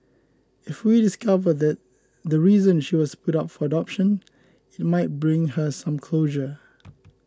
if we discover the the reason she was put up for adoption it might bring her some closure